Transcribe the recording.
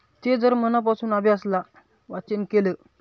ते जर मनापासून अभ्यासला वाचन केलं